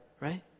right